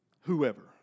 whoever